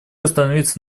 остановиться